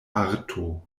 arto